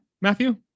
matthew